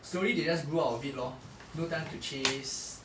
slowly they just grew out of it lor no time to chase